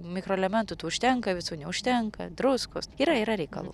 mikroelementų tų užtenka visų neužtenka druskos yra yra reikalų